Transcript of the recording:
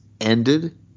ended